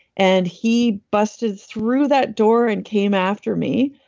and he busted through that door and came after me,